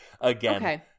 again